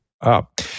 up